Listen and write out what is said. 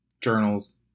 journals